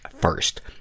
first